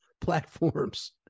platforms